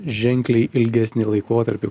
ženkliai ilgesnį laikotarpį